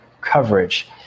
coverage